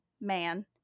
man